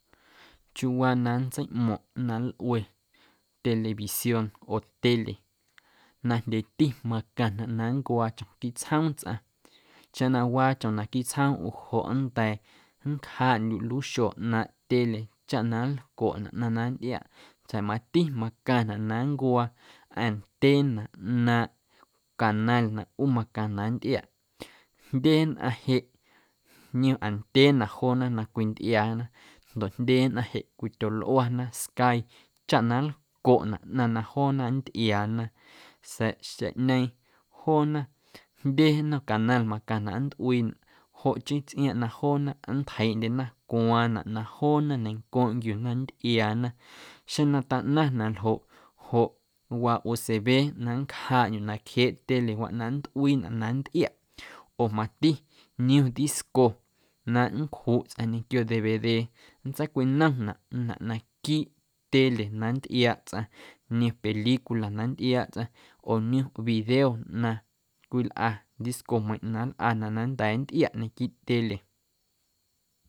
Chiuuwaa na nntseiꞌmo̱ⁿꞌ na lꞌue televisión oo tele najndyeeti macaⁿnaꞌ na nncwaa chom quiiꞌ tsjoom tsꞌaⁿ chaⁿ na waa chom naquiiꞌ tsjoom ꞌu joꞌ nnda̱a̱ nncjaaꞌndyuꞌ luxjo ꞌnaaⁿꞌ tele chaꞌ na nlcoꞌnaꞌ ꞌnaⁿ na nntꞌiaꞌ sa̱a̱ mati macaⁿnaꞌ na nncwaa antena ꞌnaaⁿꞌ canal na ꞌu macaⁿnaꞌ nntꞌiaꞌ jndye nnꞌaⁿ jeꞌ niom antena joona na cwintꞌiaana ndoꞌ jndye nnꞌaⁿ jeꞌ cwityolꞌuana sky chaꞌ na nlcoꞌnaꞌ ꞌnaⁿ na joona nntꞌiaana sa̱a̱ xeⁿꞌñeeⁿ joona jndye nnom canal macaⁿnaꞌ nntꞌuiinaꞌ joꞌ chii tsꞌiaaⁿꞌ na joona nntjeiiꞌndyena cwaaⁿ naⁿꞌ na joona ñencoꞌ nquiuna nntꞌiaana xeⁿ na taꞌnaⁿ na ljoꞌ joꞌ waa usb na nncjaaꞌndyuꞌ nacjeeꞌ telewaꞌ na nntꞌuiinaꞌ na nntꞌiaꞌ oo mati niom disco na nncjuꞌ tsꞌaⁿ ñequio dvd nntseicwinomnaꞌnaꞌ naquiiꞌ tele na nntꞌiaaꞌ tsꞌaⁿ niom película na nntꞌiaaꞌ tsꞌaⁿ oo niom video na cwilꞌa discomeiⁿꞌ na nlꞌanaꞌ na nnda̱a̱ nntꞌiaꞌ naquiiꞌ tele.